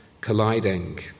colliding